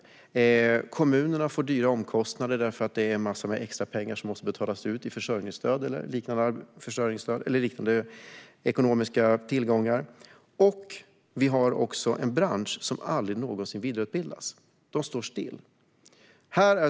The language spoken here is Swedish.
Detta innebär att kommunerna får stora omkostnader, eftersom en massa extra pengar måste betalas ut i försörjningsstöd eller liknande. Vi har också en bransch som aldrig någonsin vidareutbildas; den står still.